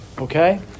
Okay